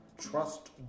trust